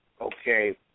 okay